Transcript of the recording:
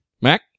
Mac